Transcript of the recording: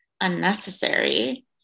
unnecessary